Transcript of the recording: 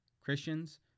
Christians